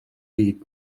byd